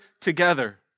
together